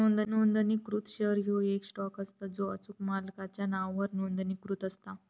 नोंदणीकृत शेअर ह्यो येक स्टॉक असता जो अचूक मालकाच्या नावावर नोंदणीकृत असता